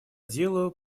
делу